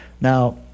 Now